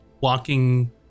walking